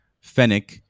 Fennec